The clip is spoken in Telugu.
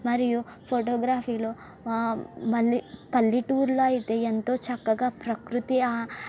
మరియు ఫోటోగ్రఫీలో మళ్ళీ పల్లెటూరిలో అయితే ఎంతో చక్కగా ప్రకృతి